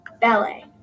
ballet